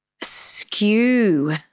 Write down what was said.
skew